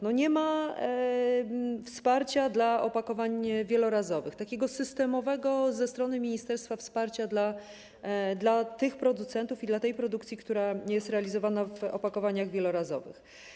Nie ma wsparcia dla opakowań wielorazowych, takiego systemowego, ze strony ministerstwa wsparcia dla producentów i dla tej produkcji, która jest realizowana w opakowaniach wielorazowych.